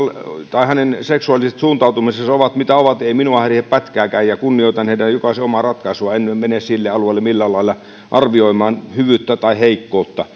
tai hänen seksuaaliset suuntautumisensa ovat mitä ovat ei minua häiritse pätkääkään ja kunnioitan heidän jokaisen omaa ratkaisuaan en mene mene sille alueelle millään lailla arvioimaan hyvyyttä tai heikkoutta